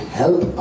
help